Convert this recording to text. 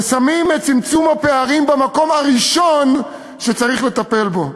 שתשים את צמצום הפערים במקום הראשון כנושא שצריך לטפל בו.